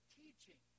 teaching